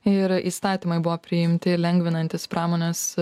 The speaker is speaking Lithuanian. ir įstatymai buvo priimti lengvinantys pramonės